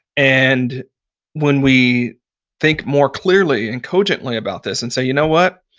and when we think more clearly and cogently about this and say, you know what?